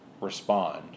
respond